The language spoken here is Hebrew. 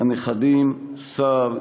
הנכדים סהר,